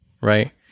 Right